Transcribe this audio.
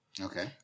Okay